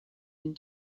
and